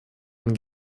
man